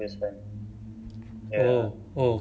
oh oh K then